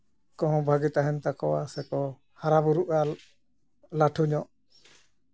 ᱠᱚᱦᱚᱸ ᱵᱷᱟᱹᱜᱤ ᱛᱟᱦᱮᱱ ᱛᱟᱠᱚᱣᱟ ᱥᱮᱠᱚ ᱦᱟᱨᱟᱼᱵᱩᱨᱩᱜᱼᱟ ᱞᱟᱹᱴᱷᱩ ᱧᱚᱜ